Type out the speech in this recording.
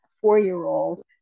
four-year-old